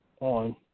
on